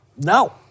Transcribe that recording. No